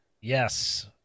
Yes